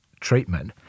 treatment